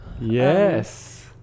Yes